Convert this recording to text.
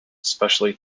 specially